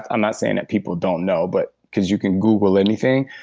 i'm not saying that people don't know, but because you can google anything.